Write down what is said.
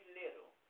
little